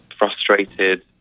frustrated